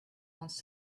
once